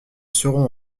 seront